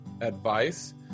advice